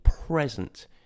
present